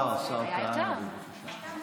בבקשה.